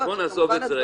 אז בואו נעזוב את זה,